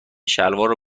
شلوارو